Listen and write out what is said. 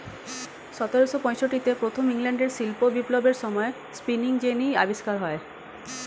সতেরোশো পঁয়ষট্টিতে প্রথম ইংল্যান্ডের শিল্প বিপ্লবের সময়ে স্পিনিং জেনি আবিষ্কার হয়